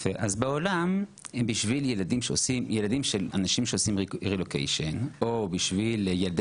ילדים של אנשים שעושים רילוקיישן או ילדי